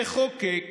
תחוקק